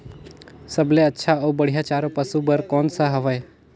सबले अच्छा अउ बढ़िया चारा पशु बर कोन सा हवय?